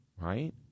right